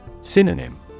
Synonym